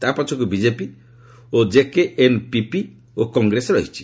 ତାପଛକୁ BJP ଓ JKNPP ଓ କଂଗ୍ରେସ ରହିଛି